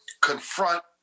confront